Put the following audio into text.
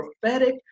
prophetic